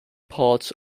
parts